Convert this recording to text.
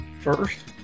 First